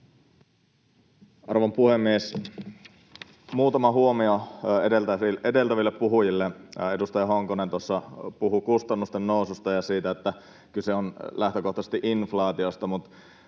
Arvon puhemies! Muutama huomio edeltäville puhujille. Edustaja Honkonen tuossa puhui kustannusten noususta ja siitä, että kyse on lähtökohtaisesti inflaatiosta.